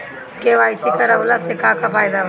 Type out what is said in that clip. KYC करवला से का का फायदा बा?